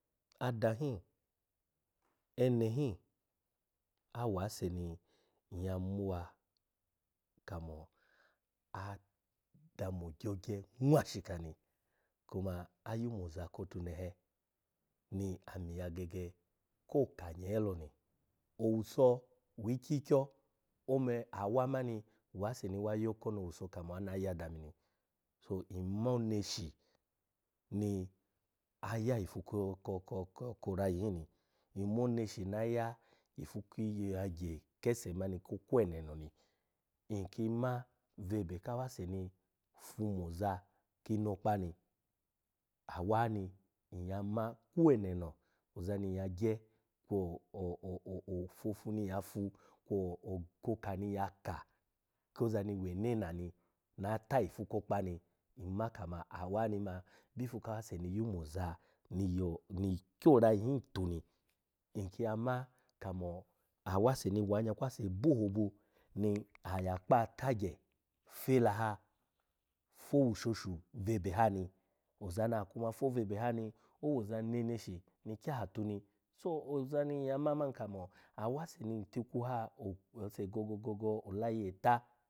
Ada hin, ene hin, awase ni nyya muwa kamo a-adamo ogyogye nwashika ni kuma ayumo oza kotunehe ni ami ya gege ko ka nyee loni, owuso wikyikyo one awa mani wase ni wa yoko ni owuso kamo ana ya dami ni. So nmo orushi ni aya ifu ko-ko ko orayi bin ni, nmo oneshi na aya ki yaghye kese mani ko kweneno ni, nki ma bwebe kawase ni fumo oza ki mokpa ni, awa ni nyya ma kweneno ozani nyya gye kwo o-o-o ofofu ni nyya fu kwo okoka ni nyya ka koza ni wenena ni na ata ifu ko okpa ni awa ni ma bifu ka awase ni yumo oza ni yo ni kyo orayi hin tu ni, nki ya ma kamo awase ni wa anyakwase bohobu ni aya akpaha tagye fela ha, fo owushoshu bwebe ha ni, ozan okuma fo bwebe ha ni owo oza neneshi ni kyaha tu ni, so ozani nyya ma man kamo awase ni ntikwu ha o ase gogo-gogo olayi eta.